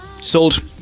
sold